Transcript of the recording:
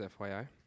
FYI